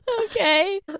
Okay